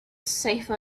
safe